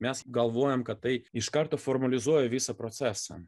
mes galvojam kad tai iš karto formalizuoja visą procesą